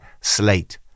slate